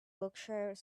berkshire